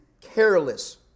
careless